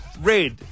red